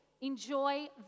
Enjoy